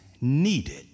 needed